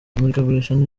imurikagurisha